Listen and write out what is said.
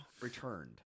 Returned